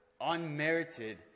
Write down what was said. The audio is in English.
Unmerited